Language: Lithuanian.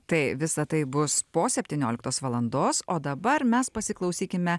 tai visa tai bus po septynioliktos valandos o dabar mes pasiklausykime